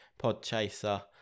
Podchaser